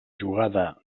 jugada